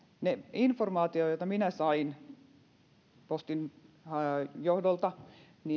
informaatio jota minä sain postin johdolta